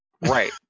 right